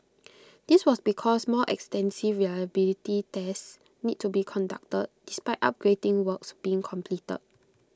this was because more extensive reliability tests needed to be conducted despite upgrading works being complete